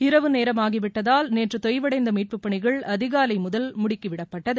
இரவு நேரமாகிவிட்டதால் நேற்று தொய்வடைந்த மீட்புப் பணிகள் அதிகாலை முதல் முடுக்கிவிடப்பட்டது